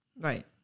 Right